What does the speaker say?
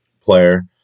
player